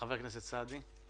חבר הכנסת סעדי.